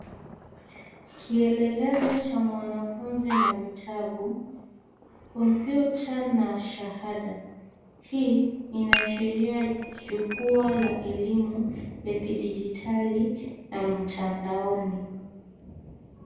Kielelezo cha mwanafunzi na vitabu, kompyuta na shahada. Hii inaashiria jukwaa la elimu ya kidijitali na mtandaoni.